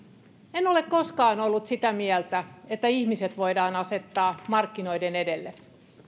en ole koskaan ollut sitä mieltä että ihmiset voidaan asettaa markkinoiden edelle